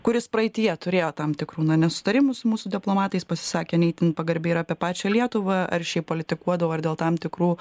kuris praeityje turėjo tam tikrų na nesutarimų su mūsų diplomatais pasisakė ne itin pagarbiai ir apie pačią lietuvą ar šiaip politikuodavo ar dėl tam tikrų